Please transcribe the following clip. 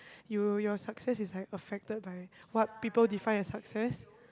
you your success is like affected by what people define as success